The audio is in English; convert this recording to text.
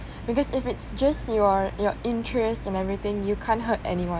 because if it's just your your interest and everything you can't hurt anyone